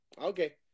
Okay